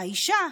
האישה: